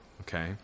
Okay